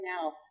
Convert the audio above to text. now